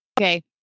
okay